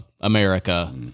America